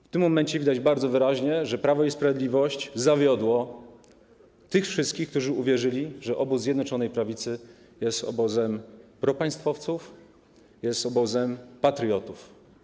W tym momencie widać bardzo wyraźnie, że Prawo i Sprawiedliwość zawiodło tych wszystkich, którzy uwierzyli, że obóz Zjednoczonej Prawicy jest obozem propaństwowców, jest obozem patriotów.